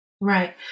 Right